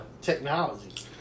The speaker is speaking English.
technology